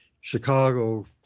Chicago